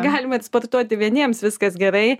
galima ir sportuoti vieniems viskas gerai